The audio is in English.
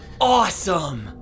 Awesome